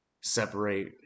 separate